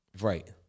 Right